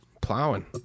plowing